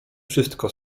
wszystko